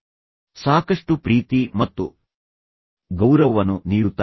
ಎಲ್ಲರಿಗೂ ತಿಳಿದಿದೆ ಮತ್ತು ನಂತರ ಅವರು ಸಾಕಷ್ಟು ಪ್ರೀತಿ ಮತ್ತು ಗೌರವವನ್ನು ನೀಡುತ್ತಾರೆ